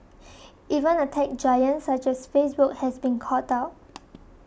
even a tech giant such as Facebook has been caught out